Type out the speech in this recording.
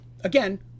again